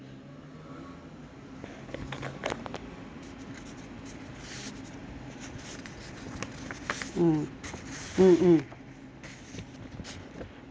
mm mm mm